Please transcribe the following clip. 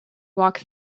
walk